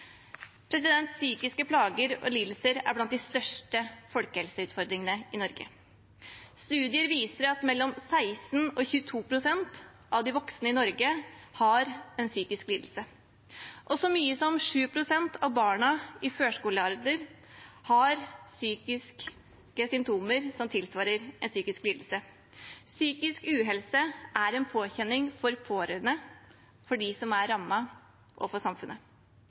største folkehelseutfordringene i Norge. Studier viser at mellom 16 pst. og 22 pst. av de voksne i Norge har en psykisk lidelse, og så mye som 7 pst. av barna i førskolealder har psykiske symptomer som tilsvarer en psykisk lidelse. Psykisk uhelse er en påkjenning for pårørende, for dem som er rammet, og for samfunnet.